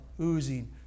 oozing